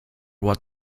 what